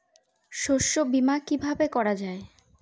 শস্য বীমা কিভাবে করা যায়?